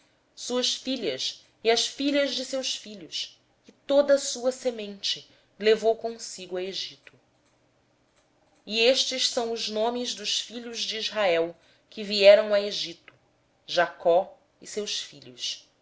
suas filhas e as filhas de seus filhos e toda a sua descendência levou-os consigo para o egito são estes os nomes dos filhos de israel que vieram para o egito jacó e seus filhos